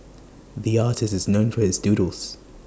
the artist is known for his doodles